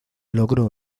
logró